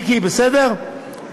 מיקי, בסדר?